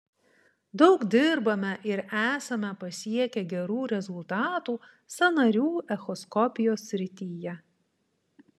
daug dirbame ir esame pasiekę gerų rezultatų sąnarių echoskopijos srityje